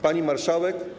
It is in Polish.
Pani Marszałek!